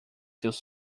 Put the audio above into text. seus